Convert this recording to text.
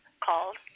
called